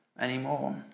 anymore